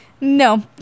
No